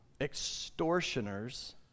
extortioners